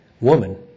woman